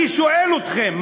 אני שואל אתכם,